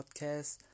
podcast